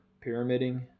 pyramiding